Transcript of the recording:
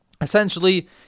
Essentially